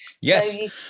Yes